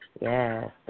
yes